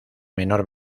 menor